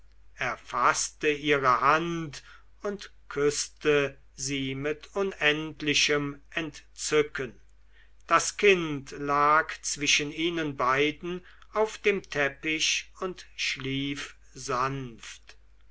faßte ihre hand und küßte sie mit unendlichem entzücken das kind lag zwischen ihnen beiden auf dem teppich und schlief sanft